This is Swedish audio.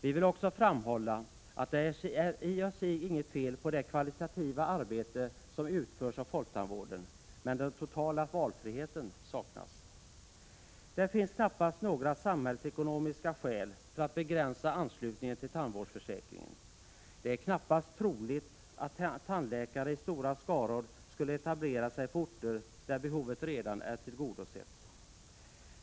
Vi vill också framhålla att det i sig inte är något fel på det kvalitativa arbete som utförs av folktandvården. Men den totala valfriheten saknas. Det finns knappast några samhällsekonomiska skäl för att begränsa anslutningen till tandvårdsförsäkringen. Det är knappast troligt att tandläkarei stora skaror skulle etablera sig på orter där behovet redan är tillgodosett.